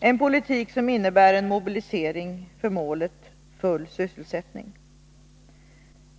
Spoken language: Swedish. en politik som innebär en mobilisering för målet full sysselsättning.